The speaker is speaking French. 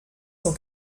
cent